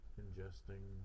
ingesting